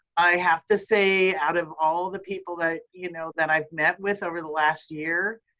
i have to say out of all the people that you know, that i've met with over the last year,